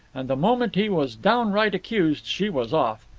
and the moment he was downright accused she was off.